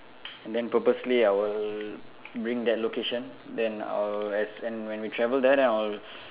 and then purposely I will bring that location then I'll as and when we will travel then I'll